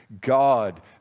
God